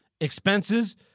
expenses